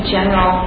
General